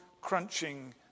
crunching